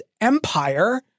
empire